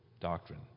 doctrine